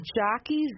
jockeys